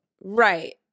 Right